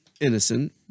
innocent